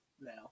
now